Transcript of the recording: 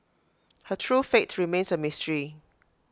her true fate remains A mystery